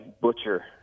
butcher